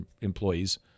employees